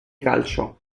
calcio